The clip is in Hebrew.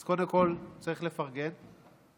אז קודם כול צריך לפרגן לקואליציה,